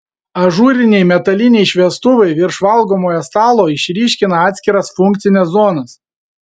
ažūriniai metaliniai šviestuvai virš valgomojo stalo išryškina atskiras funkcines zonas